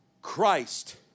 Christ